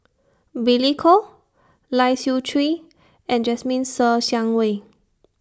Billy Koh Lai Siu Chiu and Jasmine Ser Xiang Wei